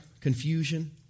confusion